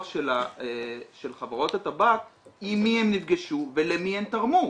של חברות הטבק עם מי הן נפגשו ולמי הן תרמו,